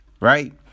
Right